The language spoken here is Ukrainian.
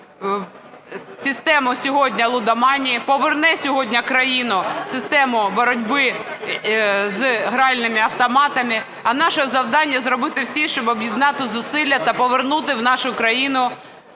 систему сьогодні лудоманії, поверне сьогодні країну в систему боротьби з гральними автоматами, а наше завдання – зробити все, щоб об'єднати зусилля та повернути в нашу країну